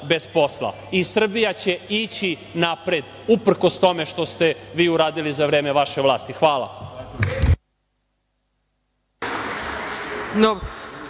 bez posla i Srbija će ići napred uprkos tome što ste vi uradili za vreme vaše vlasti. Hvala.